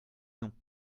non